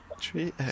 tree